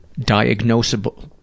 diagnosable